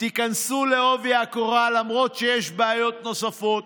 תיכנסו בעובי הקורה, למרות שיש בעיות נוספות.